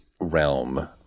realm